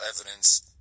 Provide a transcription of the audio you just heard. evidence